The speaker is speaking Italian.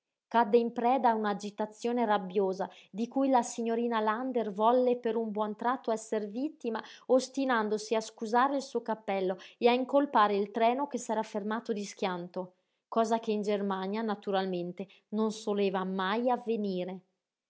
cadde in preda a un'agitazione rabbiosa di cui la signorina lander volle per un buon tratto esser vittima ostinandosi a scusare il suo cappello e a incolpare il treno che s'era fermato di schianto cosa che in germania naturalmente non soleva mai avvenire